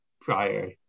prior